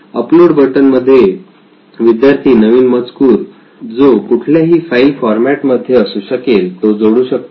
upload button मध्ये विद्यार्थी नवीन मजकूर जो कुठल्याही फाईल फॉर्मॅटमध्ये असू शकेल तो जोडू शकतो